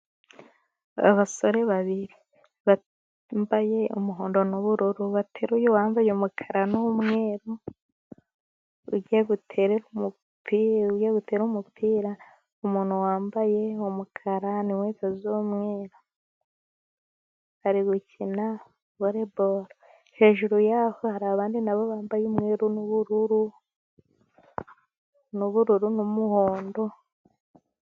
Abasore babiri bambaye umuhondo n'ubururu bateruye uwambaye umukara n'umweru, ugiye gutera umupira, gutera umupira umuntu wambaye umukara n'inkweto z'umweru, ari gukina volley ball hejuru yaho abandi na bo bambaye umweru n'ubururu n'umuhondo.